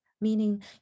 meaning